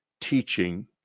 teaching